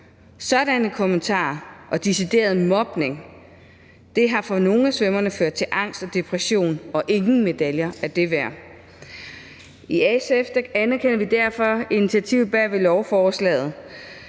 Sådanne kommentarer og decideret mobning har for nogle af svømmerne ført til angst og depression, og ingen medaljer er det værd. I SF anerkender vi derfor initiativet bag lovforslaget